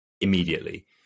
immediately